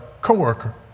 coworker